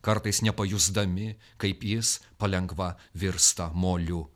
kartais nepajusdami kaip jis palengva virsta moliu